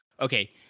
okay